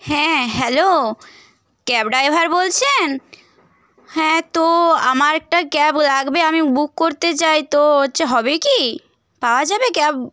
হ্যাঁ hello cab driver বলছেন হ্যাঁ তো আমার একটা ক্যাব লাগবে আমি বুক করতে চাই তো হচ্ছে হবে কি পাওয়া যাবে ক্যাব